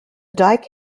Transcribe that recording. dike